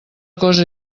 cosa